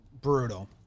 brutal